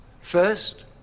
First